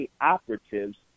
operatives